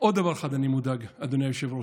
מעוד דבר אחד אני מודאג, אדוני היושב-ראש.